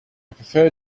prefer